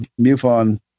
MUFON